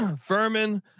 Furman